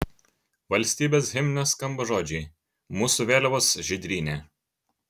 valstybės himne skamba žodžiai mūsų vėliavos žydrynė